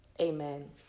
amen